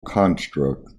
construct